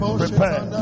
prepare